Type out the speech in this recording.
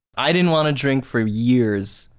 i didn't want to drink for years.